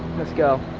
let's go.